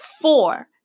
Four